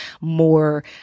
more